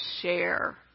share